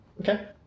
okay